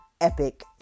epic